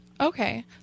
Okay